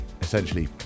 essentially